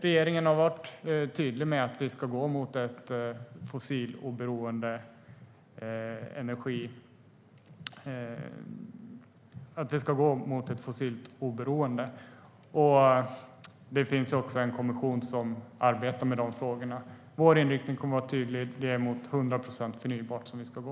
Regeringen har varit tydlig med att vi ska gå mot ett fossilt oberoende, och det finns också en kommission som arbetar med de frågorna. Vår inriktning kommer att vara tydlig - det är mot 100 procent förnybart vi ska gå.